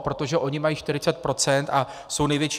Protože oni mají 40 procent a jsou největší.